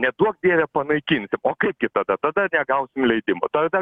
neduok dieve panaikinsim o kaip gi tada tada negausim leidimo tada